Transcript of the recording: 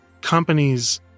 companies